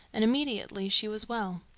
and immediately she was well.